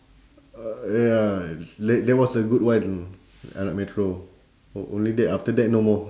uh ya that that was a good one anak metro on~ only that after that no more